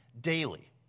daily